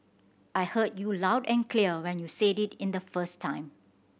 I heard you loud and clear when you said it the first time